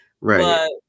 Right